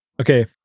okay